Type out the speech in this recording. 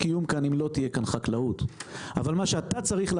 תסתכל, תראו מה קורה לא